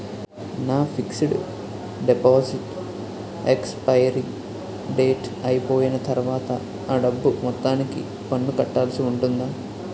నా fixed deposit expiry date అయిపోయిన తర్వాత అ డబ్బు మొత్తానికి పన్ను కట్టాల్సి ఉంటుందా?